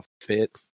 fit